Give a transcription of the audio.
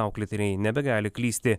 auklėtiniai nebegali klysti